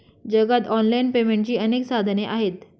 जगात ऑनलाइन पेमेंटची अनेक साधने आहेत